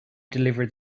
deliver